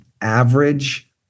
average